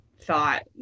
thought